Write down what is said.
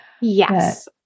yes